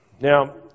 Now